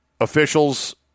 officials